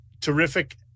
terrific